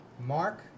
Mark